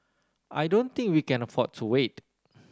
I don't think we can afford to wait